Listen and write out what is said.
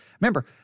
remember